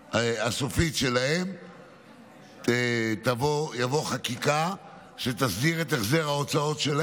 הסופית שלהם תבוא חקיקה שתסדיר את החזר ההוצאות שלהם.